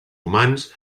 humans